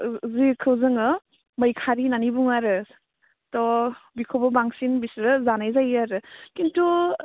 जिखो जोङो मैखारि होनना बुङो आरो थ' बिखौबो बांसिन बिसोरो जानाय जायो खिन्थु